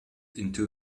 into